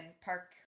Park